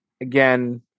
again